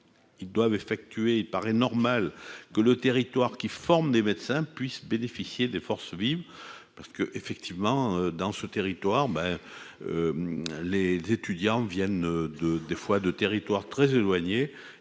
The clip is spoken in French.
il paraît normal que le territoire qui forme des médecins puissent bénéficier des forces vives parce que, effectivement, dans ce territoire, ben les étudiants viennent de des fois de territoire très éloignées